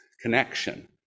connection